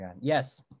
yes